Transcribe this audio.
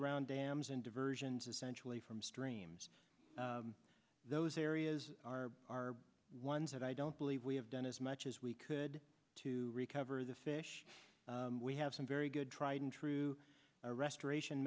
around dams and diversions essentially from streams those areas are are ones that i don't believe we have done as much as we could to recover the fish we have some very good tried and true restoration